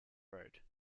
road